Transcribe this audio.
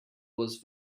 was